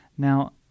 Now